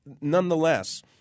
Nonetheless